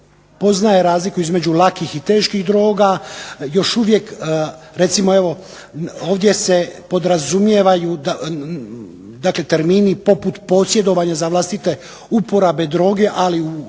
poznaje razliku između lakih i teških droga, još uvijek, recimo evo ovdje se podrazumijevaju dakle termini poput posjedovanja za vlastite uporabe droge, ali u